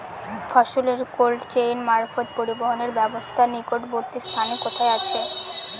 ফসলের cold chain মারফত পরিবহনের ব্যাবস্থা নিকটবর্তী স্থানে কোথায় আছে?